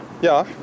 Ja